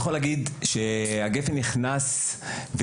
כשתכנית הגפ"ן נכנסה,